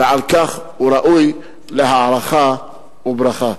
ועל כך הוא ראוי להערכה וברכה.